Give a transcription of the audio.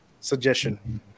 suggestion